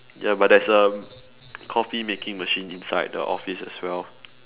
ya but there's a coffee making machine inside the office as well